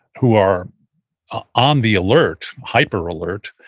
who are on the alert, hyper alert,